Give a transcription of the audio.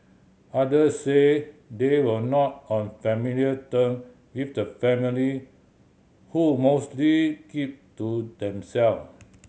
others said they were not on familiar term with the family who mostly kept to themself